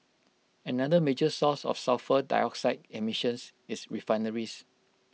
another major source of sulphur dioxide emissions is refineries